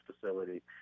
facility